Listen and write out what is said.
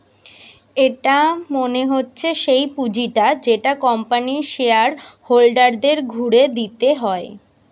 এটা মনে হচ্ছে সেই পুঁজিটা যেটা কোম্পানির শেয়ার হোল্ডারদের ঘুরে দিতে হয়